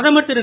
பிரதமர் திரு